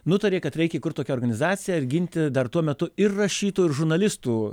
nutarė kad reikia įkurt tokią organizaciją ir ginti dar tuo metu ir rašytojų ir žurnalistų